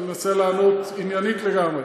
אני מנסה לענות עניינית לגמרי.